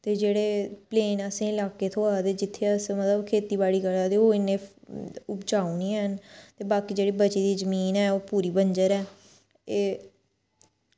ते जेह्ड़े प्लेन आसै लाकै थ्होआ दे ते ओह् खेती बाड़ी करा दे ओह् इन्ने उपजाऊ निं हैन ते बाकी ओह् जेह्ड़ी पूरी जमीन ऐ ओह् बंजर ऐ एह्